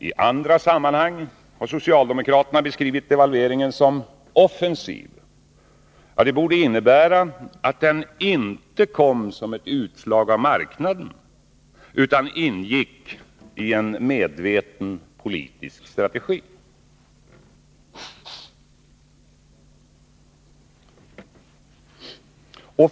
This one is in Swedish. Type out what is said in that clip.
T andra sammanhang har socialdemokraterna beskrivit devalveringen som ”offensiv”. Det borde innebära att den inte kom som ett utslag av marknadens krafter utan ingick i en medveten politisk strategi.